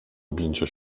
objęcia